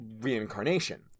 reincarnation